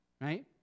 Right